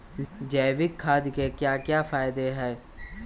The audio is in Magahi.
जैविक खाद के क्या क्या फायदे हैं?